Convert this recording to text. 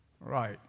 Right